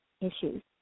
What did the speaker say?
issues